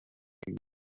girl